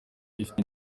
ifite